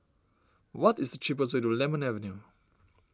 what is the cheapest way to Lemon Avenue